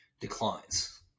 declines